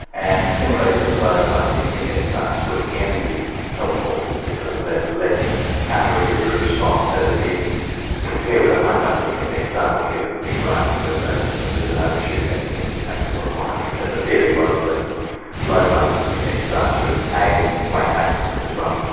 and similarly that low glycaemic index diets would again be helpful because of their less counter-regulatory response. so they'd be compared with the high glycaemic index diet where you get a big rise in glucose and a bit of an overshoot that tends to make people more hungry. so the theory was that low glycaemic index diets should aid in weight maintenance as well.